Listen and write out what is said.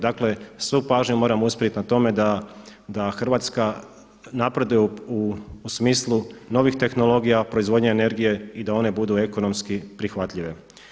Dakle svu pažnju moramo usmjeriti na tome da Hrvatska napreduje u smislu novih tehnologija, proizvodnje energije i da one budu ekonomski prihvatljive.